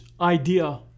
idea